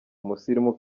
umusirimu